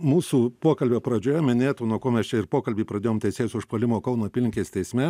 mūsų pokalbio pradžioje minėtų nuo ko mes čia ir pokalbį pradėjom teisėjos užpuolimo kauno apylinkės teisme